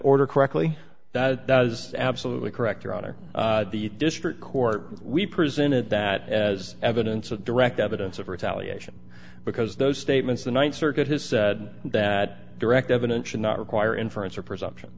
order correctly that it does absolutely correct your honor the district court we presented that as evidence of direct evidence of retaliation because those statements the one circuit has said that direct evidence should not require inference or presumption